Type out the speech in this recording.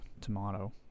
Tomato